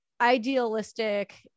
idealistic